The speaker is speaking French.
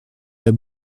pas